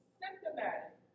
symptomatic